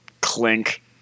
clink